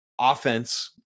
offense